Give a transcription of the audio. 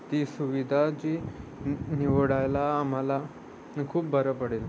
ती सुविधा जी निवडायला आम्हाला खूप बरं पडेल